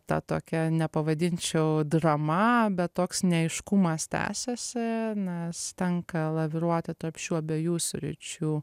ta tokia nepavadinčiau drama bet toks neaiškumas tęsiasi nes tenka laviruoti tarp šių abiejų sričių